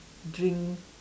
drink